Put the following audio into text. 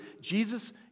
Jesus